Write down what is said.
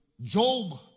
Job